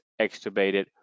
extubated